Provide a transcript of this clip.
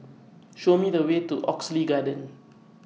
Show Me The Way to Oxley Garden